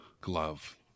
glove